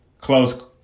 Close